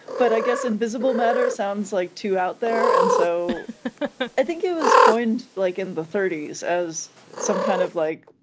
but i guess! invisible matter! sounds like too out there. and so i think it was coined like in the thirty s as some kind of like!